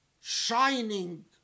shining